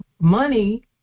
money